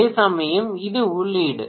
அதேசமயம் இது உள்ளீடு